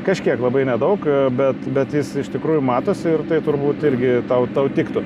kažkiek labai nedaug bet bet jis iš tikrųjų matosi ir tai turbūt irgi tau tau tiktų